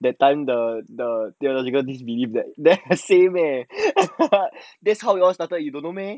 that time the the cheer leader believe that the same eh that's how we all started you don't know meh